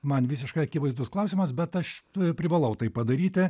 man visiškai akivaizdus klausimas bet aš privalau tai padaryti